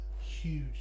Huge